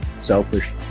selfish